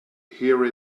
here